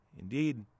Indeed